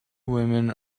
women